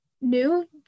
new